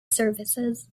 services